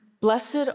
Blessed